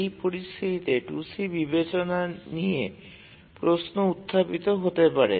এই পরিস্থিতে 2c বিবেচনা নিয়ে প্রশ্ন উত্থাপিত হতে পারে